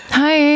hi